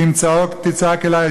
כי אם צעוק תצעק אלי,